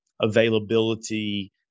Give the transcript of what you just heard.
availability